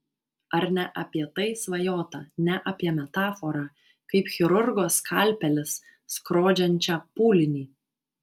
ar ne apie tai svajota ne apie metaforą kaip chirurgo skalpelis skrodžiančią pūlinį